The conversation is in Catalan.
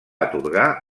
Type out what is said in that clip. atorgar